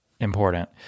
important